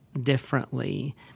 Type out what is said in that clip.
differently